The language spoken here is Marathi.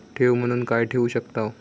ठेव म्हणून काय ठेवू शकताव?